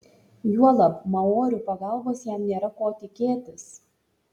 juolab maorių pagalbos jam nėra ko tikėtis